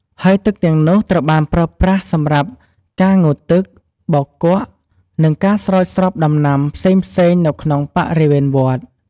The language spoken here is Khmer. ហើយទឹកទាំងនោះត្រូវបានប្រើប្រាស់សម្រាប់ការ ងូតទឹក បោកគក់ និងការ ស្រោចស្រពដំណាំ ផ្សេងៗនៅក្នុងបរិវេណវត្ត។